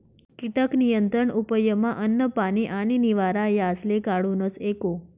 कीटक नियंत्रण उपयमा अन्न, पानी आणि निवारा यासले काढूनस एको